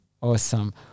Awesome